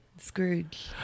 Scrooge